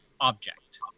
object